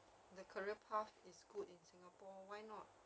the career path is good in singapore why not